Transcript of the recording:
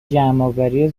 جمعآوری